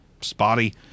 spotty